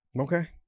Okay